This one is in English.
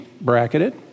bracketed